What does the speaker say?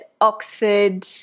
Oxford